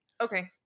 Okay